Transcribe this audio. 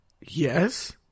Yes